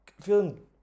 feeling